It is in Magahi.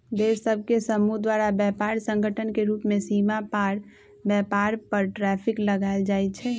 देश सभ के समूह द्वारा व्यापार संगठन के रूप में सीमा पार व्यापार पर टैरिफ लगायल जाइ छइ